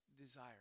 desire